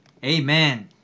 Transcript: Amen